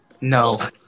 No